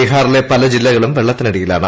ബീഹാറിലെ പല ജില്ലകളും വെള്ളത്തിനടിയിലാണ്